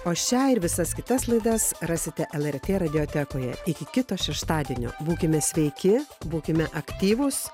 o šią ir visas kitas laidas rasite lrt radiotekoje iki kito šeštadienio būkime sveiki būkime aktyvūs